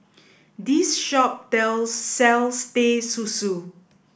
this shop tell sells Teh Susu